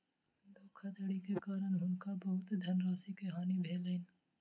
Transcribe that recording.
धोखाधड़ी के कारण हुनका बहुत धनराशि के हानि भेलैन